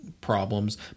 Problems